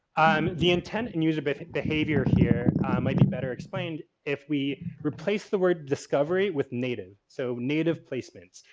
um the intent and user basic behavior here might be better explained if we replace the word discovery with native. so, native placements.